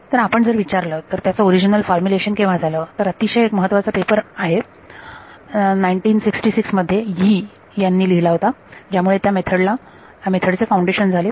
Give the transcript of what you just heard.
तर आपण जर विचारलं तर त्याचं ओरिजनल फॉर्मुलेशन केव्हा झाले तर अतिशय महत्वाचा एक पेपर 1966 मध्ये यी यांनी लिहिला होता की ज्यामुळे या मेथड चे फाउंडेशन झाले